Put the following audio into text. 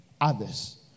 others